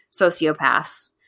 sociopaths